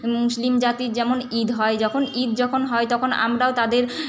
মুসলিম জাতির যেমন ঈদ হয় যখন ঈদ যখন হয় তখন আমরাও তাদের